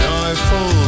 Joyful